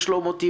יש לו מוטיבציה,